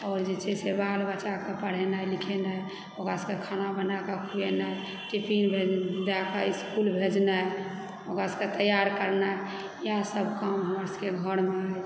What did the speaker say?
आओर जे छै से बाल बच्चाकेँ पढ़ेनाइ लिखेनाइ ओकरा सबकेँ खाना बनाकऽ खुएनाइ टिफिन दए कऽ इसकुल भेजनाइ ओकरा सबकेँ तैयार करनाइ इएह सब काम हमर सबकेँ घरमे अइ